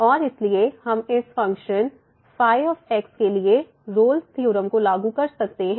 और इसलिए हम इस फ़ंक्शन के लिए रोल्स के थ्योरम Rolle's theorem को लागू कर सकते हैं